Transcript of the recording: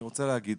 אני רוצה להגיד,